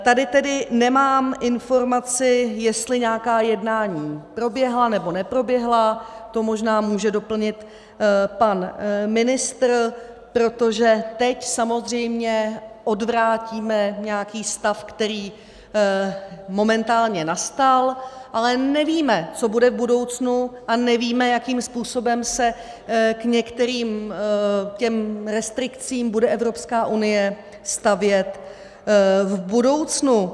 Tady tedy nemám informaci, jestli nějaká jednání proběhla nebo neproběhla, to možná může doplnit pan ministr, protože teď samozřejmě odvrátíme nějaký stav, který momentálně nastal, ale nevíme, co bude v budoucnu, a nevíme, jakým způsobem se k některým restrikcím bude Evropská unie stavět v budoucnu.